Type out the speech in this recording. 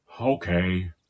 Okay